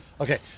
Okay